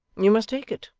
you must take it,